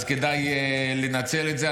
אז כדאי לנצל את זה.